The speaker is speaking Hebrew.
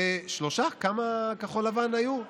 כמה כחול לבן היו?